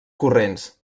corrents